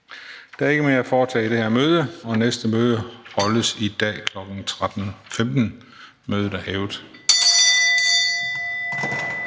Der er ikke mere at foretage i dette møde. Næste møde afholdes i dag kl. 13.15. Mødet er hævet.